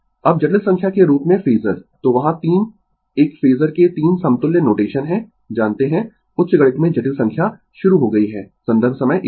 Refer Slide Time 2123 अब जटिल संख्या के रूप में फेजर तो वहां 3 एक फेजर के 3 समतुल्य नोटेशन है जानते है उच्च गणित में जटिल संख्या शुरू हो गई है संदर्भ समय 2130